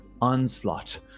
onslaught